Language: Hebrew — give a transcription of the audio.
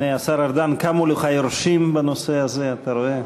הנה השר ארדן, קמו לך יורשים בנושא הזה, אתה רואה.